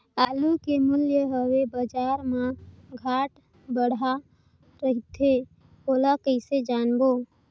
आलू के मूल्य हवे बजार मा घाट बढ़ा रथे ओला कइसे जानबो?